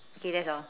okay that's all